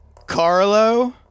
Carlo